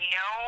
no